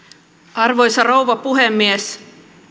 arvoisa rouva puhemies